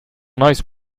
nice